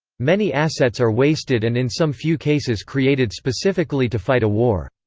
many assets are wasted and in some few cases created specifically to fight a war.